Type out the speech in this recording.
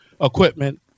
equipment